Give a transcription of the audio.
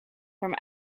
from